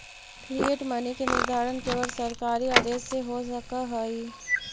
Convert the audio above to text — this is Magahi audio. फिएट मनी के निर्धारण केवल सरकारी आदेश से हो सकऽ हई